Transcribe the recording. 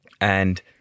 and-